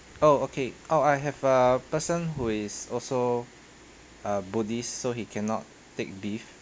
oh okay oh I have a person who is also a buddhist so he cannot take beef